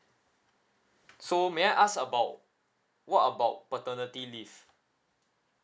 so may I ask about what about paternity leave